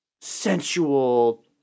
sensual